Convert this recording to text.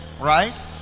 right